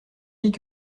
fille